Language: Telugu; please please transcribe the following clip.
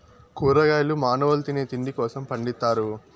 కూరగాయలు మానవుల తినే తిండి కోసం పండిత్తారు